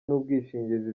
by’ubwishingizi